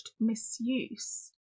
misuse